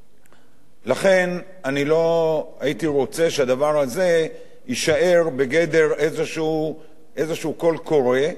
לכן אני לא הייתי רוצה שהדבר הזה יישאר בגדר איזה קול קורא באוויר,